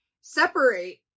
separate